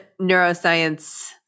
neuroscience